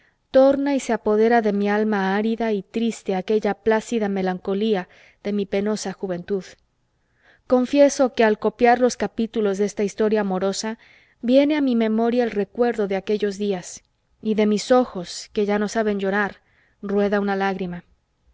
torna y se apodera de mi alma árida y triste aquella plácida melancolía de mi penosa juventud confieso que al copiar los capítulos de esta historia amorosa viene a mi memoria el recuerdo de aquellos días y de mis ojos que ya no saben llorar rueda una lágrima